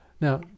Now